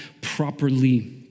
properly